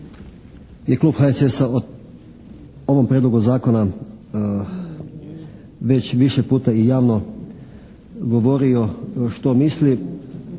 je Klub HSS-a o ovom prijedlogu zakona već više puta i javno govorio što misli